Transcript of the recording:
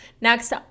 next